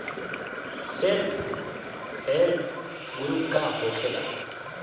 Self help group का होखेला?